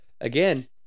Again